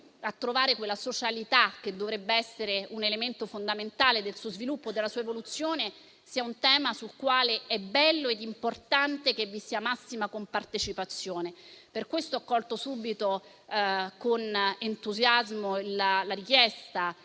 a trovare quella socialità che dovrebbe essere un elemento fondamentale del suo sviluppo, della sua evoluzione. Crediamo che questo sia un tema sul quale è bello e importante che vi sia massima compartecipazione. Per questo ho colto subito con entusiasmo la richiesta